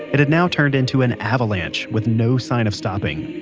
it had now turned into an avalanche with no sign of stopping